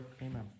Amen